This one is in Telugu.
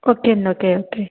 ఓకే అండి ఓకే ఓకే